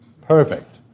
perfect